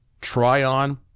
Tryon